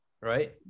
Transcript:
right